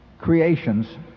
creations